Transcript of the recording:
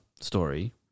story